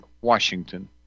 Washington